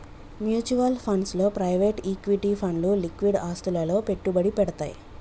mutual funds లో private equity ఫండ్లు liquid ఆస్తులలో పెట్టుబడి పెడ్తయ్